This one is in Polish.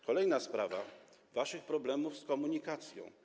Kolejna sprawa, sprawa waszych problemów z komunikacją.